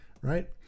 Right